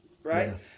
right